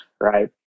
right